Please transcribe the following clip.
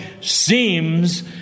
seems